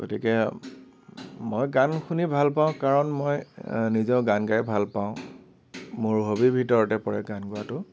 গতিকে মই গান শুনি ভালপাওঁ কাৰণ মই নিজে গান গাই ভালপাওঁ মোৰ হবীৰ ভিতৰতে পৰে গান গোৱাটো